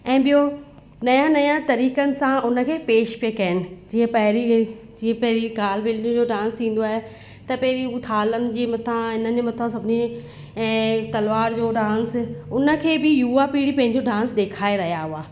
ऐं ॿियों नया नया तरीकनि सां उन खे पेश पई कनि जीअं पहिरीं जीअं पहिरीं काल बैलियुनि जो डांस थींदो आहे त पहिरीं उथालन जी मथा इनहनि जे मथा सभिनी ऐं तलवार जो डांस उनखे बि युवा पीढ़ी पंहिंजो डांस ॾेखाए रहिया हुआ